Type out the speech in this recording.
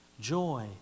Joy